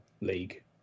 league